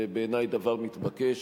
זה בעיני דבר מתבקש,